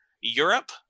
Europe